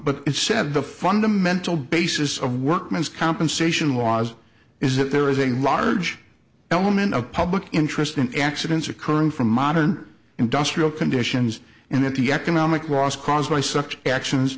but it said the fundamental basis of workman's compensation laws is that there is a large element of public interest in accidents occurring from modern industrial conditions and that the economic was caused by such actions